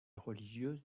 religieuse